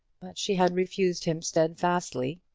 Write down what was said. but she had refused him steadfastly,